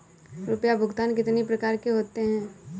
रुपया भुगतान कितनी प्रकार के होते हैं?